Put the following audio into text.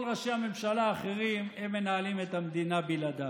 כל ראשי הממשלה האחרים מנהלים את המדינה בלעדיו.